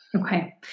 Okay